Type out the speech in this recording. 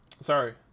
sorry